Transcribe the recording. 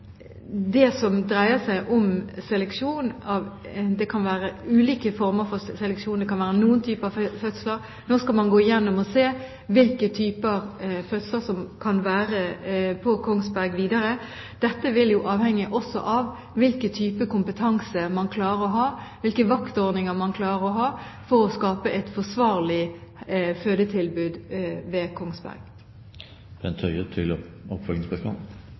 dreier seg om seleksjon, kan det være ulike former for seleksjon, det kan være noen typer fødsler. Nå skal man gå igjennom og se på hvilke typer fødsler som kan være på Kongsberg videre. Dette vil også avhenge av hvilken type kompetanse man klarer å ha, og hvilke vaktordninger man klarer å ha for å skape et forsvarlig fødetilbud ved